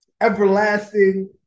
everlasting